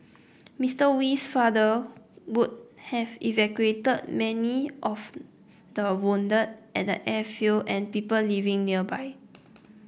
Mister Wee's father would have evacuated many of the wounded at the airfield and people living nearby